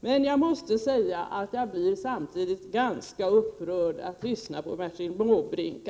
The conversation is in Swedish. Men jag måste säga att jag samtidigt blir ganska upprörd när jag lyssnar till Bertil Måbrink.